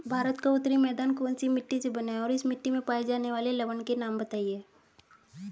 भारत का उत्तरी मैदान कौनसी मिट्टी से बना है और इस मिट्टी में पाए जाने वाले लवण के नाम बताइए?